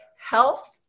Health